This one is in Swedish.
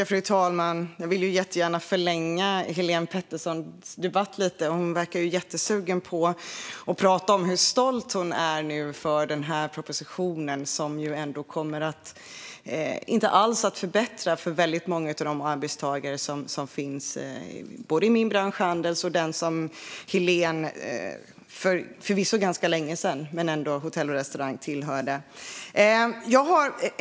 Fru talman! Jag vill jättegärna förlänga Helén Petterssons debatt lite. Hon verkar ju jättesugen på att prata om hur stolt hon är nu över den här propositionen, som inte alls kommer att förbättra för väldigt många av de arbetstagare som finns i både min bransch, Handels, och Hotell och restaurangfacket som Helén tillhörde, förvisso för ganska länge sedan.